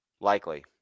likely